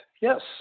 Yes